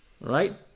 Right